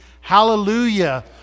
Hallelujah